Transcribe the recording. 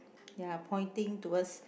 ya pointing towards